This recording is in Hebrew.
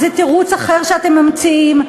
איזה תירוץ אחר שאתם ממציאים.